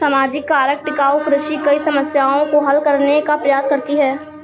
सामाजिक कारक टिकाऊ कृषि कई समस्याओं को हल करने का प्रयास करती है